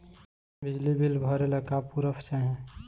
बिजली बिल भरे ला का पुर्फ चाही?